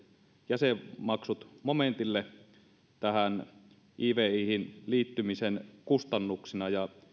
jäsenmaksut momentille ivihin liittymisen kustannuksina ja